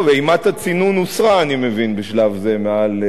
טוב, אימת הצינון הוסרה, אני מבין, בשלב זה מעל,